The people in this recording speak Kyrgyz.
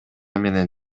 менен